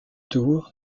tour